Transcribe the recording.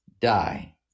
die